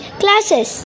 classes